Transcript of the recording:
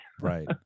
Right